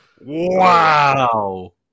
Wow